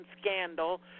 scandal